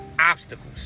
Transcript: obstacles